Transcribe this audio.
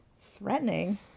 Threatening